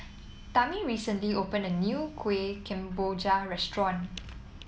Tammi recently opened a new Kueh Kemboja restaurant